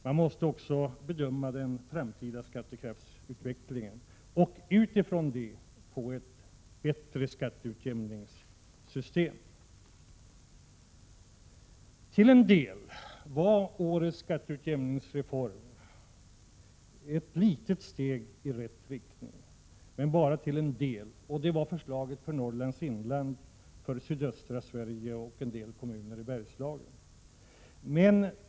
Man måste också bedöma den framtida skattekraftsutvecklingen och utifrån det försöka uppnå ett bättre skatteutjämningssystem. Årets skatteutjämningsreform var ett litet steg i rätt riktning. Det var dock bara fråga om en delreform — förslaget för Norrlands inland, för sydöstra Sverige och en del kommuner i Bergslagen.